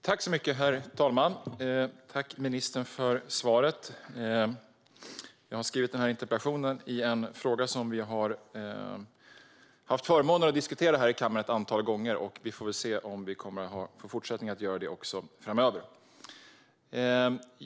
Herr talman! Tack, ministern, för svaret! Jag har ställt denna interpellation om en fråga som vi har haft förmånen att diskutera här i kammaren ett antal gånger. Vi får se om vi kommer att få fortsätta att göra det också framöver.